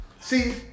See